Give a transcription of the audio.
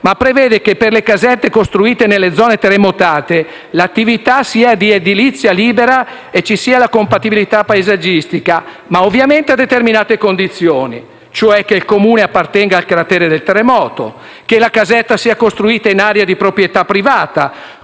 prevede che per le casette costruite nelle zone terremotate l'attività sia di edilizia libera e ci sia la compatibilità paesaggistica, ma ovviamente a determinate condizioni: che il Comune appartenga al cratere del terremoto; che la casetta sia costruita in area di proprietà privata,